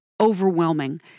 overwhelming